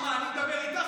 לא מנהלים את השיחה במליאה.